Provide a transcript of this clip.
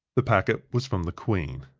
the packet was from the queen.